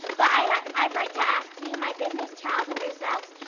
but i'd ah i'd like to ask you, my business child hunger sucks,